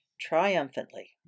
triumphantly